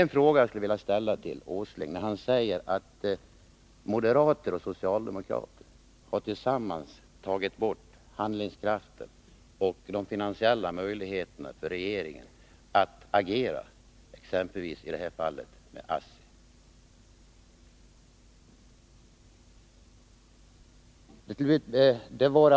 Nils Åsling säger att moderater och socialdemokrater tillsammans har tagit bort handlingskraften och de finansiella möjligheterna för regeringen att agera exempelvis i fråga om ASSI.